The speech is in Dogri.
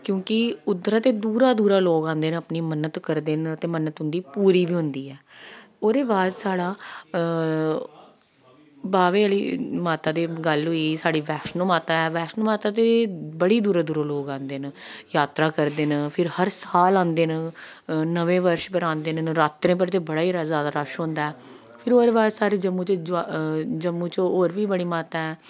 क्योंकि उद्धरा ते दूरा दूरा लोक आंदे न ते मन्नत करदे न ते मन्नत उंदी पूरी बी होंदी ऐ ओह्दे बाद साढ़ा बाह्वे आह्ली माता दी गल्ल होई गेई साढ़ी बैष्णो माता ऐ बैष्णो माता ते बड़ी दूरा दूरा लोग आंदे न जात्तरा करदे न फिर हर साल आंदे न नमें वर्ष पर आंदे न नवरात्रें पर ते बड़ा ही जादा रश होंदा ऐ फिर ओह्दे बाद साढ़े जम्मू च जवा जम्मू च होर बी बड़ी बड़ी माता ऐ